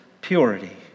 purity